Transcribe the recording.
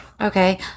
Okay